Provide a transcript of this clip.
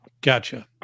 Gotcha